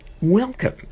welcome